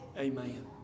Amen